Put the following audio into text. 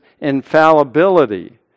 infallibility